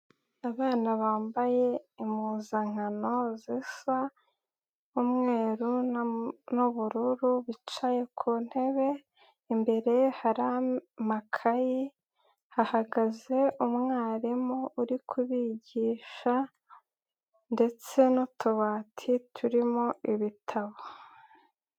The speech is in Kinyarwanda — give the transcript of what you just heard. Abana bambaye impuzankano zisa umweru n'ubururu bicaye ku ntebe, imbere hari amakaye hahagaze umwarimu uri kubigisha ndetse n'utubati turimo ibitabo.